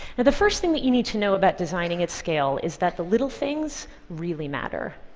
and the first thing that you need to know about designing at scale is that the little things really matter.